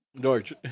George